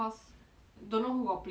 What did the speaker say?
don't know who got play before also